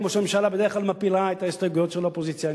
והממשלה בדרך כלל מפילה את ההסתייגות של האופוזיציה,